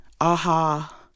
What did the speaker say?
aha